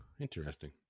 interesting